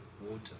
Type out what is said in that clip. water